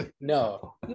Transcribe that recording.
No